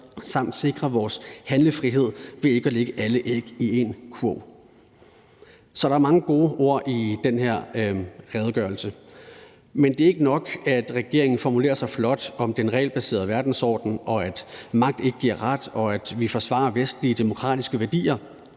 samt sikrer vores handlefrihed ved ikke at lægge alle æg i én kurv. Så der er mange gode ord i den her redegørelse, men det er ikke nok, at regeringen formulerer sig flot om den regelbaserede verdensorden og siger, at magt ikke giver ret, og at vi forsvarer vestlige demokratiske værdier